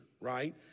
right